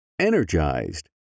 energized